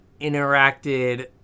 interacted